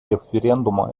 референдума